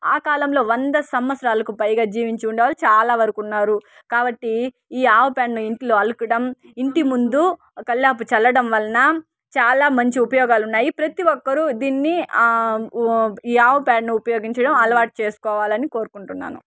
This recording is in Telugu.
ఆ కాలంలో వంద సంవత్సరాలకు పైగా జీవించి ఉండేవాళ్ళు చాలా వరకు ఉన్నారు కాబట్టి ఈ ఆవు పేడను ఇంట్లో అలకడం ఇంటిముందు కల్లాపు చల్లడం వలన చాలా మంచి ఉపయోగాలు ఉన్నాయి ప్రతి ఒక్కరు దీన్ని ఈ ఆవు పేడను ఉపయోగించడం అలవాటు చేసుకోవాలని కోరుకుంటున్నాను